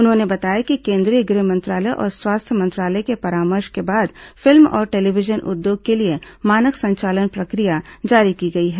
उन्होंने बताया कि केंद्रीय गृह मंत्रालय और स्वास्थ्य मंत्रालय के परामर्श के बाद फिल्म और टेलीविजन उद्योग के लिए मानक संचालन प्रक्रिया जारी की गई है